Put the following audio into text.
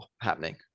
happening